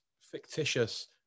Fictitious